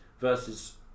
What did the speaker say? versus